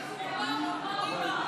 כן, הרגע הוא היה פה.